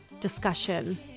discussion